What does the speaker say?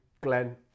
Glenn